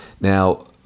Now